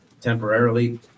temporarily